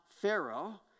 Pharaoh